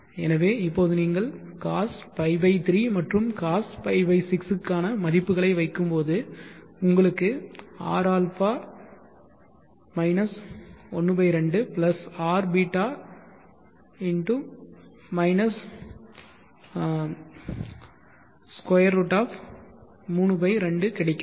எனவே இப்போது நீங்கள் cos π 3 மற்றும் cos π 6 க்கான மதிப்புகளை வைக்கும்போது உங்களுக்கு rα 12 rβ √3 2 கிடைக்கிறது